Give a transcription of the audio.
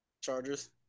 Chargers